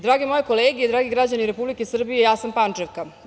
Drage moje kolege, dragi građani Republike Srbije, ja sam Pančevka.